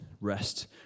rest